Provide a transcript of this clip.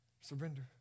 Surrender